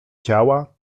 ciała